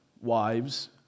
wives